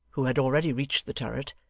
who had already reached the turret,